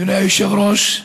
אדוני היושב-ראש,